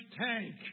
tank